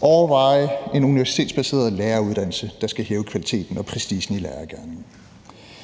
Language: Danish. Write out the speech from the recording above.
overveje en universitetsbaseret læreruddannelse, der skal hæve kvaliteten og prestigen i lærergerningen.